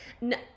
No